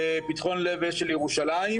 פתחון לב ושל ירושלים.